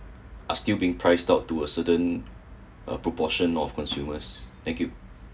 are still being priced out to a certain uh proportion of consumers thank you